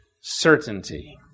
certainty